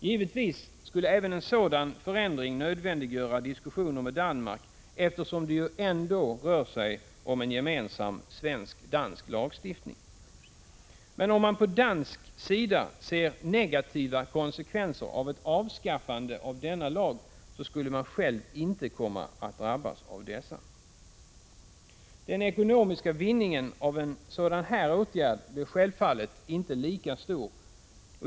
Givetvis skulle även en sådan förändring nödvändiggöra diskussioner med Danmark — eftersom det ändå rör sig om en gemensam svensk-dansk lagstiftning. Men om man på dansk sida ser negativa konsekvenser av ett avskaffande av denna lag skulle man i så fall själv inte komma att drabbas av dessa. Den ekonomiska vinningen av en sådan åtgärd blir självfallet inte lika stor.